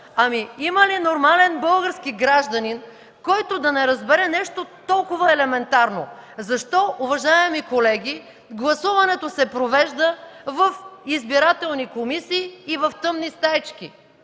вота! Има ли нормален български гражданин, който да не разбере нещо толкова елементарно? Защо, уважаеми колеги, гласуването се провежда в избирателни комисии и в тъмни стаички?